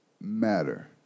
matter